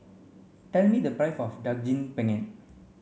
tell me the price of Daging Penyet